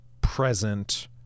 present